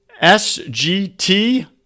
S-G-T